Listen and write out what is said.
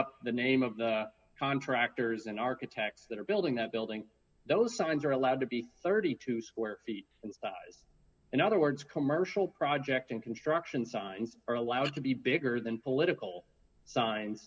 up the name of the contractors an architect that are building that building those signs are allowed to be thirty two square feet and in other words commercial project and construction signs are allowed to be bigger than political s